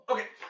Okay